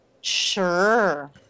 sure